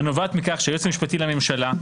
הנובעת מכך שהיועץ המשפטי לממשלה,